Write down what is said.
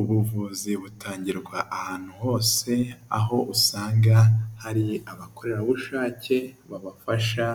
Ubuvuzi butangirwa ahantu hose, aho usanga hari abakorerabushake babafasha,